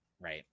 right